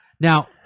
Now